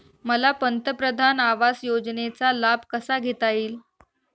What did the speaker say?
मला पंतप्रधान आवास योजनेचा लाभ कसा घेता येईल?